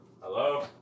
Hello